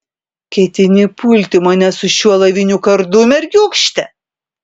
ketini pulti mane su šiuo alaviniu kardu mergiūkšte